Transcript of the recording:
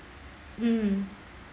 mmhmm